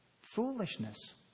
foolishness